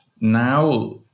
now